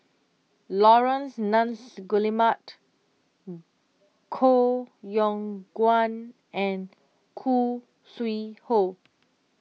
Laurence Nunns Guillemard Koh Yong Guan and Khoo Sui Hoe